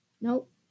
Nope